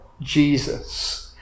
Jesus